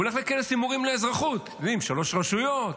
הוא הולך לכנס עם מורים לאזרחות, שלוש רשויות,